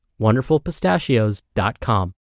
wonderfulpistachios.com